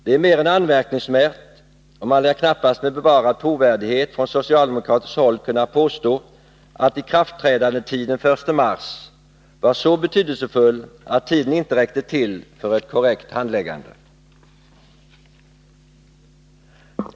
Detta är mer än anmärkningsvärt, och man lär knappast med bevarad trovärdighet från socialdemokratiskt håll kunna påstå att ikraftträdandetiden den 1 mars var så betydelsefull att tiden inte räckte till för ett korrekt handläggande.